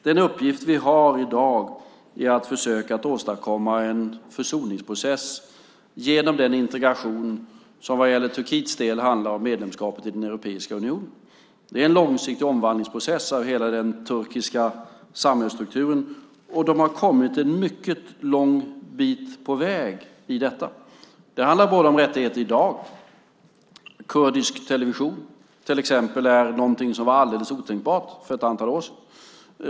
Den uppgift vi har i dag är att försöka åstadkomma en försoningsprocess genom den integration som vad gäller Turkiets del handlar om medlemskapet i Europeiska unionen. Det är en långsiktig omvandlingsprocess av hela den turkiska samhällsstrukturen. De har kommit en lång bit på väg i detta. Det handlar om rättigheter i dag. Till exempel var kurdisk television något alldeles otänkbart för ett antal år sedan.